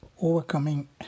Overcoming